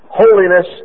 holiness